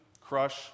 crush